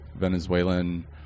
Venezuelan